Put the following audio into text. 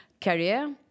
career